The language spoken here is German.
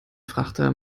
frachter